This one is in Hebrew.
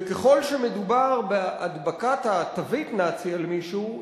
וככל שמדובר בהדבקת התווית "נאצי" למישהו,